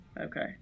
okay